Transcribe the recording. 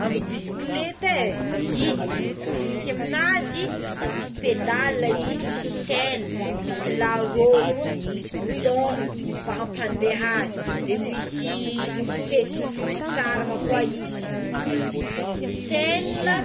Amign'ny bisikleté izy raha misy amign'azy misy pedala izy, misy chaine misy larô misy gidon mba ampandeha azy de misy sezy fipetraragna koa izy chaigna